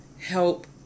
help